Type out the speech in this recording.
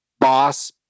boss